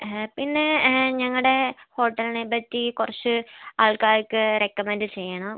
പിന്നെ ഞങ്ങളുടെ ഹോട്ടലിനെ പറ്റി കുറച്ച് ആൾക്കാർക്ക് റെക്കമെൻഡ് ചെയ്യണം